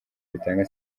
bitanga